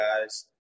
guys